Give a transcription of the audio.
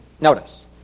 notice